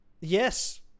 Yes